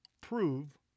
prove